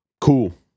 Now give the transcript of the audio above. Cool